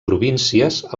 províncies